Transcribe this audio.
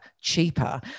cheaper